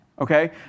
okay